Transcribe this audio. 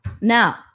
Now